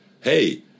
hey